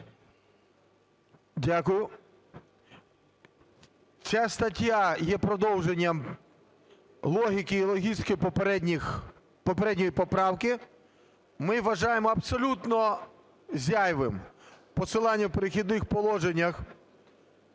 Дякую. Ця стаття є продовженням логіки і логістики попередньої поправки. Ми вважаємо абсолютно зайвим посилання в "Перехідних положеннях"